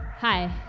Hi